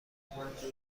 اومد